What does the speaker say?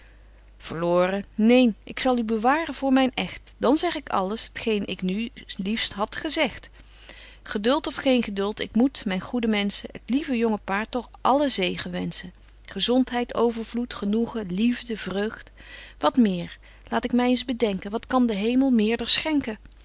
verloren neen k zal u bewaren voor myn echt dan zeg ik alles t geen ik nu liefst had gezegt geduld of geen geduld ik moet myn goede menschen het lieve jonge paar toch allen zegen wenschen gezontheid overvloed genoegen liefde vreugd wat meer laat ik my eens bedenken wat kan de hemel meerder schenken